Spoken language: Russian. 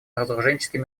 разоруженческим